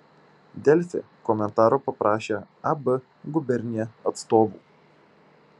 delfi komentaro paprašė ab gubernija atstovų